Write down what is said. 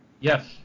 Yes